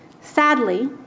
Sadly